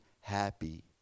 happy